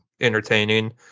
entertaining